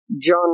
John